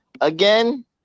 Again